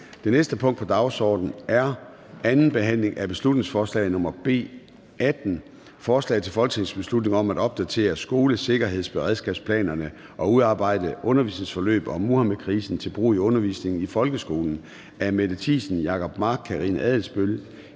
Det næste punkt på dagsordenen er: 46) 2. (sidste) behandling af beslutningsforslag nr. B 18: Forslag til folketingsbeslutning om at opdatere skolesikkerhedsberedskabsplanerne og udarbejde undervisningsforløb om Muhammedkrisen til brug i undervisningen i folkeskolen. Af Mette Thiesen (UFG), Jacob Mark (SF), Karina Adsbøl